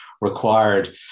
required